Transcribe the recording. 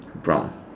brown